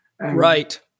Right